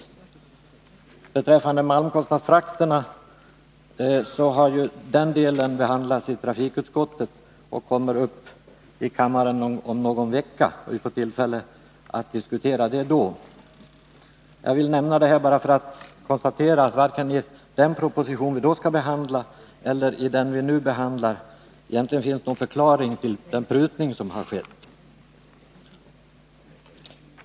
Förslaget beträffande fraktkostnaderna har behandlats i trafikutskottet och kommer om någon vecka upp för behandling i kammaren. Vi får då tillfälle att diskutera det. Jag ville bara nämna detta, därför att man kan konstatera att det varken i den proposition som vi då skall behandla eller i den som vi nu behandlar finns någon egentlig förklaring till den prutning som har skett.